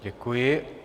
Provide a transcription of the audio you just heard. Děkuji.